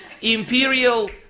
imperial